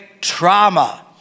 trauma